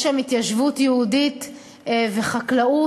יש שם התיישבות יהודית וחקלאות,